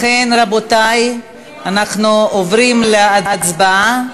לכן, רבותי, אנחנו עוברים להצבעה.